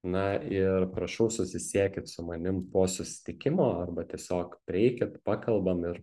na ir prašau susisiekit su manim po susitikimo arba tiesiog prieikit pakalbam ir